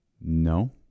No